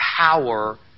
power